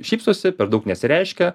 šypsosi per daug nesireiškia